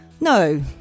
No